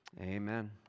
Amen